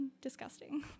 disgusting